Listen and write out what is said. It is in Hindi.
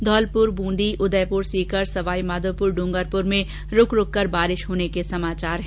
धौलपुर बूंदी उदयपुर सीकर सवाईमाधोपुर डूंगरपुर में रूक रूक कर बारिश होने के समाचार हैं